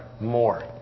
more